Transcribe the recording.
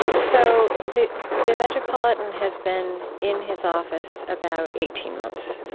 so the the metropolitan has been in his office about eighteen months, yeah